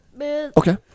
Okay